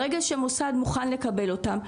ברגע שמוסד מוכן לקבל אותם,